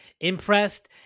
impressed